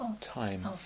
Time